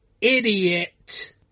Idiot